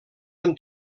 han